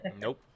Nope